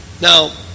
Now